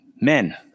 men